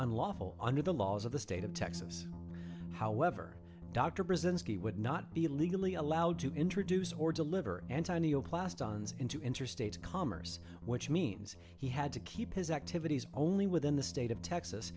unlawful under the laws of the state of texas however dr brzezinski would not be legally allowed to introduce or deliver antonio class duns into interstate commerce which means he had to keep his activities only within the state of texas